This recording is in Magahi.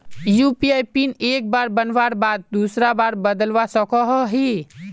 यु.पी.आई पिन एक बार बनवार बाद दूसरा बार बदलवा सकोहो ही?